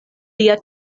lia